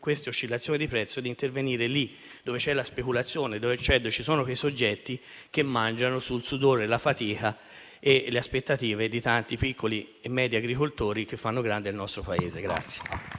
queste oscillazioni di prezzo e intervenire lì dove c'è la speculazione, dove ci sono soggetti che mangiano sul sudore, la fatica e le aspettative di tanti piccoli e medi agricoltori che fanno grande il nostro Paese.